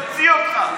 המציא אותך.